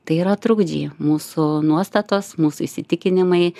tai yra trukdžiai mūsų nuostatos mūsų įsitikinimai